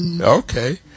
Okay